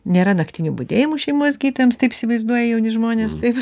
nėra naktinių budėjimų šeimos gydytojams taip įsivaizduoja jauni žmonės taip